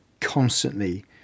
constantly